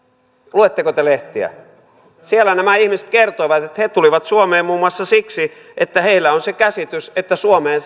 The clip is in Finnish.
luetteko te lehtiä siellä nämä ihmiset kertoivat että he tulivat suomeen muun muassa siksi että heillä on se käsitys että suomeen